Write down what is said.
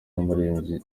n’umuririmbyi